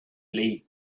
leave